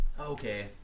Okay